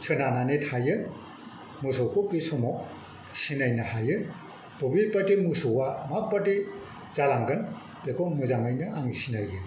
सोनारनानै थायो मोसौखौ बे समाव सिनायनो हायो बबेबायदि मोसौआ माबायदि जालांगोन बेखौ मोजाङैनो आं सिनायो